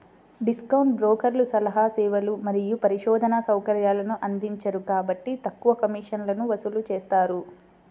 discount బ్రోకర్లు సలహా సేవలు మరియు పరిశోధనా సౌకర్యాలను అందించరు కాబట్టి తక్కువ కమిషన్లను వసూలు చేస్తారు